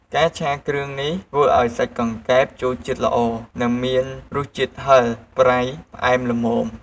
ការឆាគ្រឿងនេះ ធ្វើឱ្យសាច់កង្កែបចូលជាតិល្អ និងមានរសជាតិហិរ ប្រៃ ផ្អែម ល្មម។